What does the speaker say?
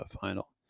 final